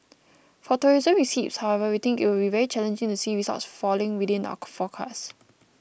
for tourism receipts however we think it would be very challenging to see results falling within our forecast